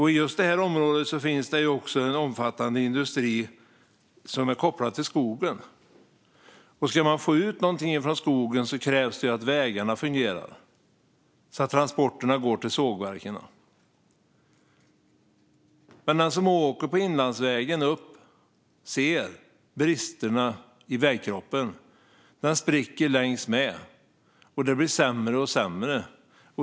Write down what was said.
I just det området finns det också en omfattande industri som är kopplad till skogen. Ska man få ut något från skogen krävs det att vägarna fungerar, så att transporterna kan gå till sågverken. Den som åker Inlandsvägen upp ser bristerna i vägkroppen. Den spricker längs med, och det blir sämre och sämre.